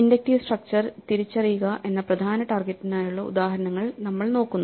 inductive structure തിരിച്ചറിയുക എന്ന പ്രധാന ടാർഗെറ്റിനായുള്ള ഉദാഹരണങ്ങൾ നമ്മൾ നോക്കുന്നു